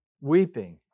weeping